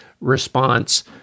response